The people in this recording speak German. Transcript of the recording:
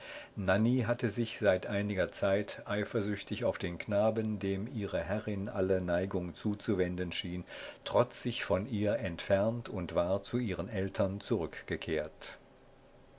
hatte sich seit einiger zeit eifersüchtig auf den knaben dem ihre herrin alle neigung zuzuwenden schien trotzig von ihr entfernt und war zu ihren eltern zurückgekehrt